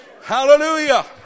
Hallelujah